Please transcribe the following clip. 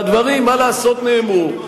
הדברים, מה לעשות, נאמרו.